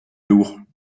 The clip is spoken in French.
lourds